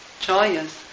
joyous